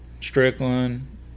Strickland